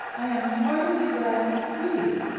i am heartily glad to see you.